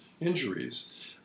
injuries